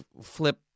flip